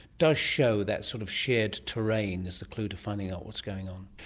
does show that sort of shared terrain as the clue to finding out what's going on.